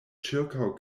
ĉirkaŭ